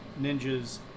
ninjas